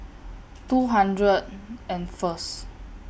two hundred and First